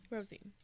Rosie